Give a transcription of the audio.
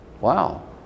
Wow